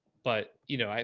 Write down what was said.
but you know,